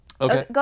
okay